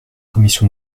commission